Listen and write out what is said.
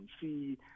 see